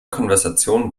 konversation